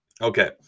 Okay